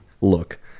look